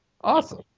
awesome